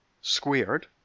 squared